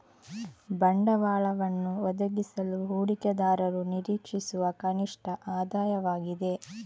ಬಂಡವಾಳವನ್ನು ಒದಗಿಸಲು ಹೂಡಿಕೆದಾರರು ನಿರೀಕ್ಷಿಸುವ ಕನಿಷ್ಠ ಆದಾಯವಾಗಿದೆ